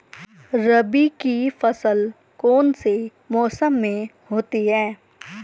रबी की फसल कौन से मौसम में होती है?